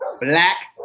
black